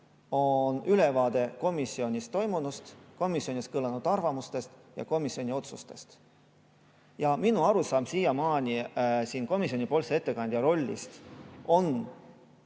on ülevaade komisjonis toimunust, komisjonis kõlanud arvamustest ja komisjoni otsustest. Minu arusaam komisjonipoolse ettekandja rollist on